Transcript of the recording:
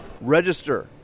Register